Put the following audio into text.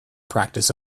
practice